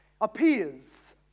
appears